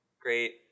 Great